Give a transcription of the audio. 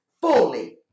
fully